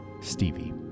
stevie